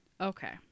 Okay